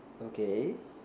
okay